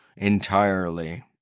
Entirely